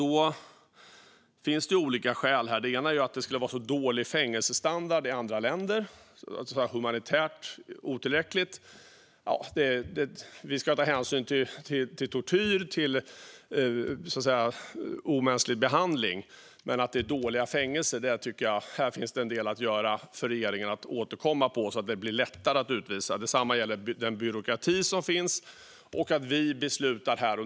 Det finns olika skäl. Ett är att det skulle vara dålig fängelsestandard i andra länder, det vill säga humanitärt otillräckligt. Ja, vi ska ta hänsyn till tortyr och omänsklig behandling, men när det gäller att det är dåliga fängelser tycker jag att regeringen har en del att göra och att den ska återkomma i frågan. Det ska bli lättare att utvisa. Detsamma gäller den byråkrati som finns och att vi beslutar här.